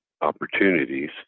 opportunities